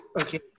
okay